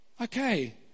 Okay